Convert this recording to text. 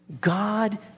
God